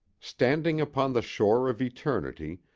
standing upon the shore of eternity,